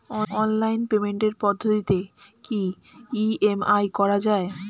Online পেমেন্টের পদ্ধতিতে কি ই.এম.আই করা যায়?